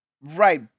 Right